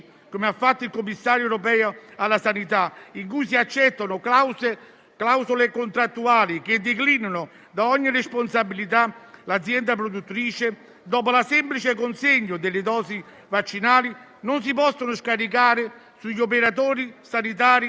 come ha fatto il commissario europeo alla sanità, in cui si accettano clausole contrattuali che declinano da ogni responsabilità l'azienda produttrice dopo la semplice consegna delle dosi vaccinali, non si possono scaricare sugli operatori sanitari